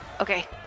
Okay